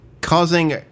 causing